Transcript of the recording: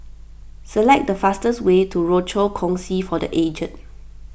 select the fastest way to Rochor Kongsi for the Aged